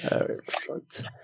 Excellent